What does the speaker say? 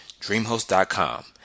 DreamHost.com